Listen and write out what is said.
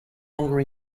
longer